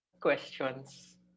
questions